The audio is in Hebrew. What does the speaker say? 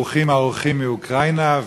ברוכים האורחים מאוקראינה,